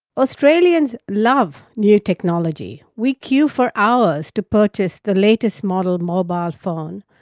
australians love new technology. we queue for hours to purchase the latest model mobile phone,